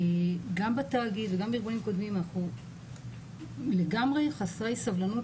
גם בתאגיד וגם בארגונים קודמים אנחנו לגמרי חסרי סובלנות